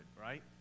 right